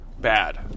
bad